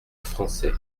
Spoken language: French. français